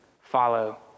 follow